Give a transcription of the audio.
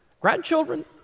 Grandchildren